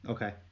Okay